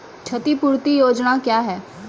क्षतिपूरती योजना क्या हैं?